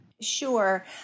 Sure